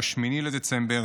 ב-8 בדצמבר,